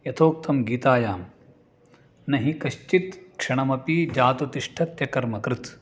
यथोक्तं गीतायां न हि कश्चित् क्षणमपि जातुतिष्ठत्यकर्मकृत्